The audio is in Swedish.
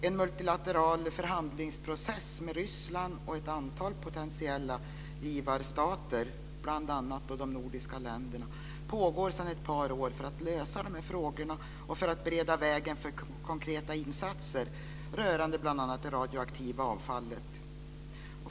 En multilateral förhandlingsprocess med Ryssland och ett antal potentiella givarstater, bl.a. de nordiska länderna, pågår sedan ett par år för att lösa dessa frågor och för att bereda vägen för konkreta insatser rörande bl.a. det radioaktiva avfallet.